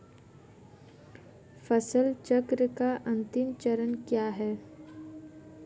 फसल चक्र का अंतिम चरण क्या है?